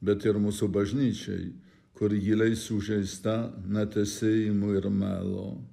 bet ir mūsų bažnyčiai kur giliai sužeista netesėjimo ir melo